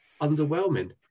underwhelming